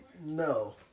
No